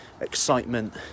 excitement